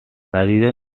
region